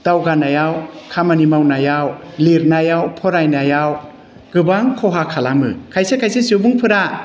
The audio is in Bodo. दावगानायाव खामानि मावनायाव लिरनायाव फरायनायाव गोबां खहा खालामो खायसे खायसे सुबुंफोरा